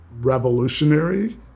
revolutionary